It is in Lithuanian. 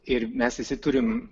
ir mes visi turim